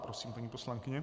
Prosím, paní poslankyně.